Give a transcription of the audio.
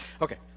Okay